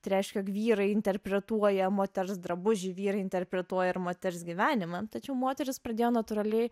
tai reiškia jog vyrai interpretuoja moters drabužį vyrai interpretuoja ir moters gyvenimą tačiau moterys pradėjo natūraliai